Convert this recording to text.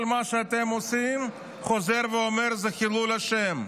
כל מה שאתם עושים, חוזר ואומר, הוא חילול השם.